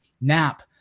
nap